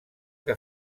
que